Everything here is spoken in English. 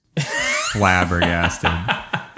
flabbergasted